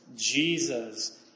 Jesus